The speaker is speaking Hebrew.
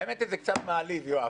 האמת היא שזה קצת מעליב, יואב.